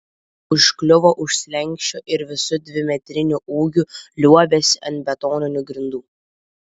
užkliuvo už slenksčio ir visu dvimetriniu ūgiu liuobėsi ant betoninių grindų